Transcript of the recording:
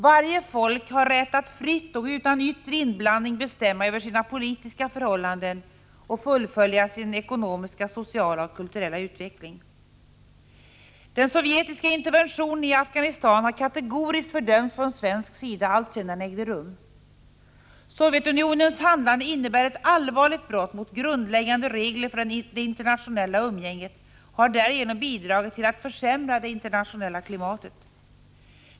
Varje folk har rätt att fritt och utan yttre inblandning bestämma över sina politiska förhållanden och fullfölja sin ekonomiska, sociala och kulturella utveckling. Den sovjetiska interventionen i Afghanistan har kategoriskt fördömts från svensk sida alltsedan den ägde rum. Sovjetunionens handlande innebär ett allvarligt brott mot grundläggande regler för det internationella umgänget och har därigenom bidragit till att försämra det internationella klimatet.